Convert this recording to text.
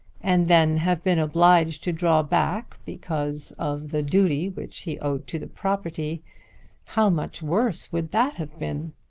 and then have been obliged to draw back because of the duty which he owed to the property how much worse would that have been!